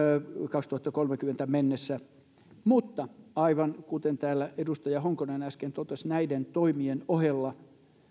kaksituhattakolmekymmentä mennessä mutta aivan kuten täällä edustaja honkonen äsken totesi näiden toimien ohella